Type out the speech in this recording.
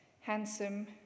handsome